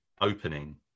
opening